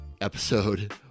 episode